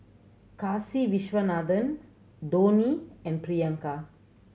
Kasiviswanathan Dhoni and Priyanka